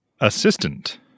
Assistant